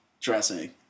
dressing